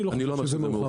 אני לא חושב שזה מאוחר.